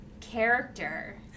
character